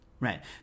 Right